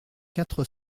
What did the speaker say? quatre